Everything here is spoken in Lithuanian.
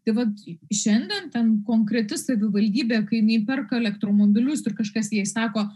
tai vat šiandien ten konkreti savivaldybė kai jinai perka elektromobilius ir kažkas jai sako